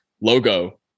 logo